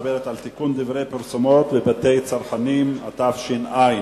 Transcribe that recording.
(תיקון, דברי פרסומת בבתי צרכנים), התש"ע 2009,